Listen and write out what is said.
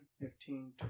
fifteen